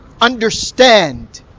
understand